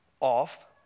off